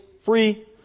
free